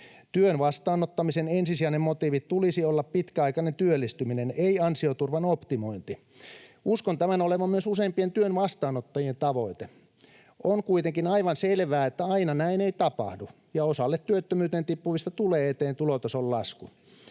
Työn vastaanottamisen ensisijaisen motiivin tulisi olla pitkäaikainen työllistyminen, ei ansioturvan optimointi. Uskon tämän olevan myös useimpien työn vastaanottajien tavoite. On kuitenkin aivan selvää, että aina näin ei tapahdu ja osalle työttömyyteen tippuvista tulee eteen tulotason lasku.